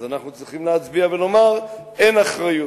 אז אנחנו צריכים להצביע ולומר, אין אחריות.